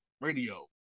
radio